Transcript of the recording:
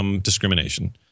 discrimination